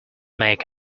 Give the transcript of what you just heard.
make